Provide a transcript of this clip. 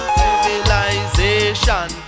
civilization